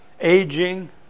aging